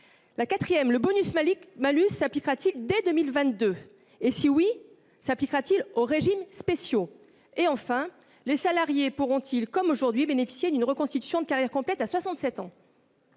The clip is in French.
La quatrième : le bonus-malus s'appliquera-t-il dès 2022 ? Et si oui, s'appliquera-t-il aux régimes spéciaux ? La cinquième : les salariés pourront-ils, comme aujourd'hui, bénéficier d'une reconstitution de carrière complète à 67 ans ?